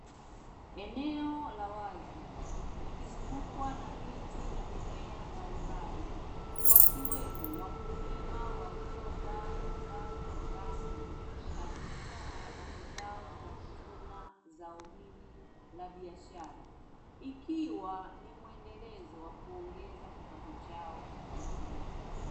Eneo la wazi likizungukwa na miti na mimea mbalimbali wakiwemo wakulima waliovaa mavazi rasmi katika harakati zao za kuvuna zao hili la biashara, ikiwa ni mwendelezo wa kuongeza kipato chao na taifa.